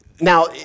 Now